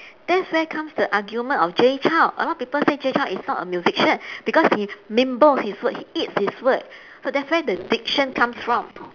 that's where comes the argument of jay chou a lot of people says jay chou is not a musician because he mumbles his words he eats his word so that's where the diction comes from